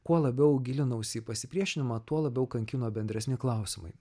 kuo labiau gilinausi į pasipriešinimą tuo labiau kankino bendresni klausimai